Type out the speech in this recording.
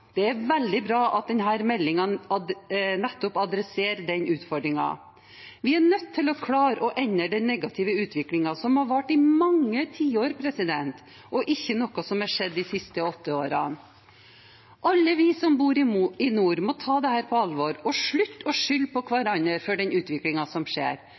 Det er veldig bra at denne meldingen nettopp adresserer denne utfordringen. Vi er nødt til å klare å endre den negative utviklingen som har vart i mange tiår, og er ikke noe som har skjedd de siste åtte årene. Alle vi som bor i nord, må ta dette på alvor og slutte å skylde på hverandre for den utviklingen som skjer.